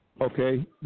Okay